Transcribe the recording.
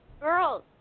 girls